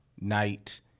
night